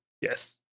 Yes